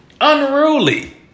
unruly